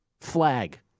Flag